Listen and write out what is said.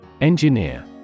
Engineer